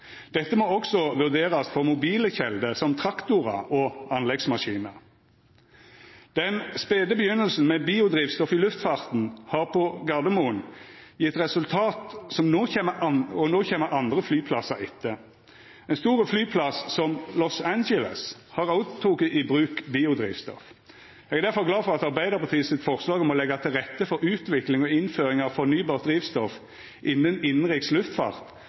Dette må òg vurderast for mobile kjelder som traktorar og anleggsmaskinar. Den spede begynninga med biodrivstoff i luftfarten har gjeve resultat på Gardermoen, og no kjem andre flyplassar etter. Ein stor flyplass som Los Angeles har òg teke i bruk biodrivstoff. Eg er difor glad for at forslaget frå Arbeidarpartiet om å leggja til rette for utvikling og innføring av fornybart drivstoff innan innanriks luftfart